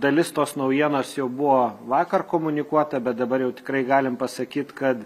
dalis tos naujienos jau buvo vakar komunikuota bet dabar jau tikrai galim pasakyt kad